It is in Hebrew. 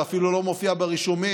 זה אפילו לא מופיע ברישומים,